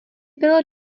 bylo